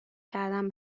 کردن